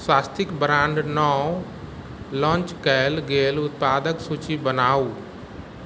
स्वास्तिक ब्रांडक नव लॉन्च कयल गेल उत्पादक सूची बनाउ